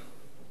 לא.